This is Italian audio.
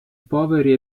poveri